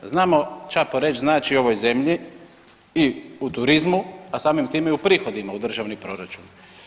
Znamo ča Poreč znači ovoj zemlji i u turizmu a samim time i u prihodima u državni proračun.